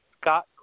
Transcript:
scott